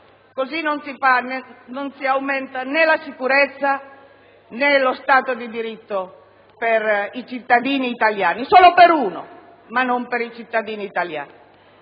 Così non si aumentano né la sicurezza, né lo stato di diritto per i cittadini italiani. Solo per uno, ma non per i cittadini italiani.